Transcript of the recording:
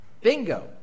Bingo